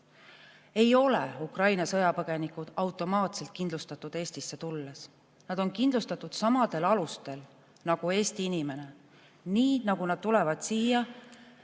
Ei ole Ukraina sõjapõgenikud automaatselt kindlustatud Eestisse tulles. Nad on kindlustatud samadel alustel nagu Eesti inimesed. Kui nad tulevad siia